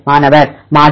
மாணவர் மாற்று